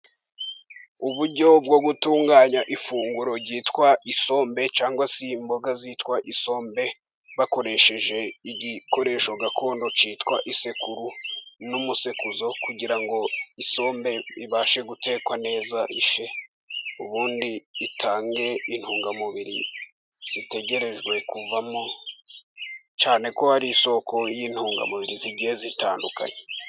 Uburyo bwo gutunganya ifunguro ryitwa isombe cyangwa se imboga zitwa isombe, bakoresheje igikoresho gakondo cyitwa isekuru n'umusekuzo, kugira ngo isombe ibashe gutekwa neza ishye, ubundi itange intungamubiri zitegerejwe kuvamo, cyane ko ari isoko y'intungamubiri zigiye zitandukanye.